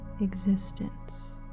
existence